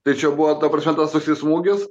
tai čia buvo ta prasme tas toksai smūgis